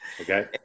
Okay